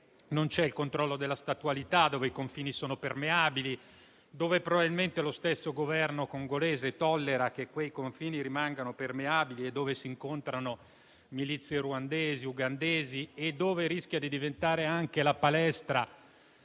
Non c'è il controllo della statualità, e i confini sono permeabili, ma probabilmente lo stesso Governo congolese tollera che rimangano tali e vi si incontrano milizie ruandesi e ugandesi. Tale territorio rischia di diventare anche la palestra